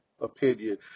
opinion